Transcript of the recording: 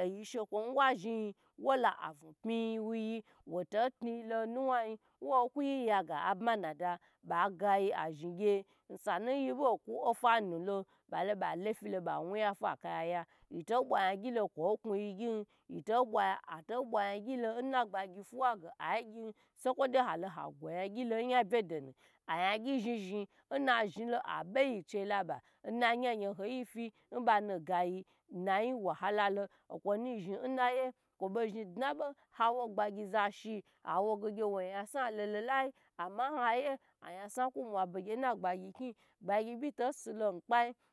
oyi shekwoyi nwa zhn yiyin wola vun pyi wuyi woto tniyilo nuwayi wo kwu ba ya ga abmanada aga yi azhn gye osa yibo kwu ofa nulo babe ba lofi ba wuyi afa kayaya yito bwa yagyi lo kwo kun yigyi ato bwa ato bwa ya gyi lon na gbagyi fuwa agyi sa kwodei alo agwo yan gyi babedolo yagyi zhi zhi na zhn yo abe yi chei labe nna yaho yaho yi fi banu gayi nayi wahalalo kwo nu zhn naye kwoba zhn dnaba agye gbagyi za shi awoge wo ya sna lolo layi ance nhayiye ayusna ku mwa be gye ne gbagyi kni gbagyi bi to silo kpai